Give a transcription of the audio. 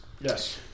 Yes